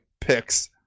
picks